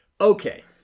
Okay